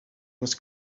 was